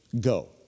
go